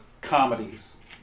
comedies